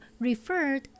referred